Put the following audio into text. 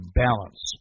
balance